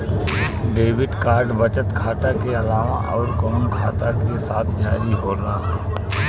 Debit card बचत खाता के अलावा अउरकवन खाता के साथ जारी होला?